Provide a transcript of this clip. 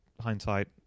hindsight